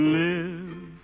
live